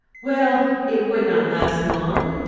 well, it would not last long,